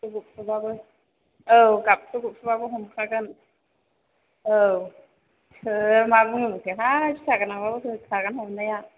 गाबख' गुबख'बाबो औ गाबख' गुबख'बाबो हमखागोन औ सोर मा बुङो बुंथोंहाय फिसा गोनांबाबो होखागोन हमनाया